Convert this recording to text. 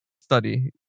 study